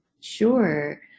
Sure